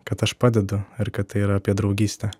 kad aš padedu ir kad tai yra apie draugystę